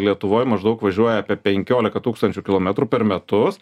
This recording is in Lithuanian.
lietuvoj maždaug važiuoja apie penkiolika tūkstančių kilometrų per metus